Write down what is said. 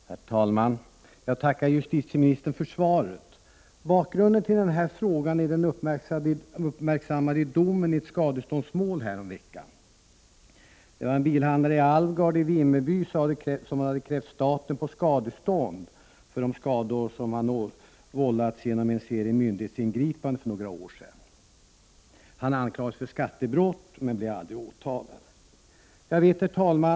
Herr talman! Jag tackar justitieministern för svaret. Bakgrunden till min fråga är den uppmärksammade domen i ett skadeståndsmål häromveckan. Det var en bilhandlare Alvgard i Vimmerby som hade krävt staten på skadestånd för de skador som han vållats genom en serie myndighetsingripanden för några år sedan. Han anklagades för skattebrott men blev aldrig åtalad. Herr talman!